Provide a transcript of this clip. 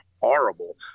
horrible